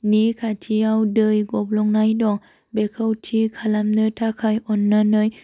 खाथियाव दै गब्लंनाय दं बेखौ थि खालामनो थाखाय अन्नानै